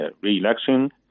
re-election